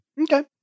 Okay